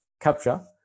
capture